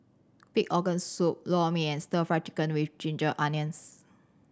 pig organ soup Lor Mee and Stir Fry Chicken with ginger onions